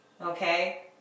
okay